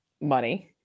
money